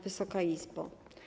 Wysoka Izbo!